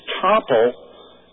topple